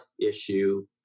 issue